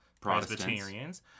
Presbyterians